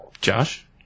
Josh